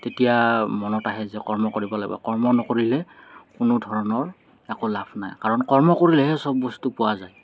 তেতিয়া মনত আহে যে কৰ্ম কৰিব লাগিব কৰ্ম নকৰিলে কোনোধৰণৰ একো লাভ নাই কাৰণ কৰ্ম কৰিলেহে চব বস্তু পোৱা যায়